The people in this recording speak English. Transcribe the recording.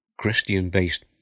christian-based